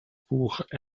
buch